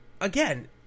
again